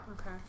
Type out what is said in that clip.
okay